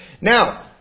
now